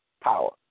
power